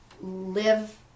live